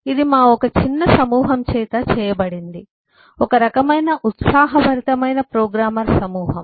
ఇది మా ఒక చిన్న సమూహం చేత చేయబడింది ఒక రకమైన ఉత్సాహభరితమైన ప్రోగ్రామర్ సమూహం